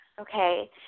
okay